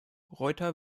reuter